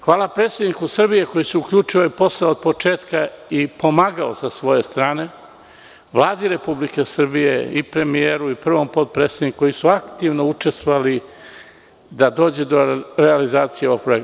Hvala predsedniku Srbije koji se uključuje u posao od početka i pomagao sa svoje strane, Vladi Republike Srbije i premijeru i prvom potpresdedniku koji su aktivno učestvovali da dođe do realizacije ovog projekta.